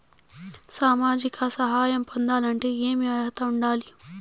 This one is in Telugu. సామాజిక సహాయం పొందాలంటే ఏమి అర్హత ఉండాలి?